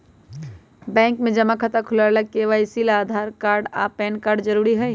bank में जमा खाता खुलावे ला के.वाइ.सी ला आधार कार्ड आ पैन कार्ड जरूरी हई